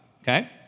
okay